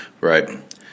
Right